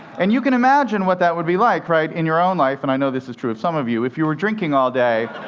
and you can imagine what that would be like in your own life and i know this is true of some of you if you were drinking all day